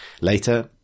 later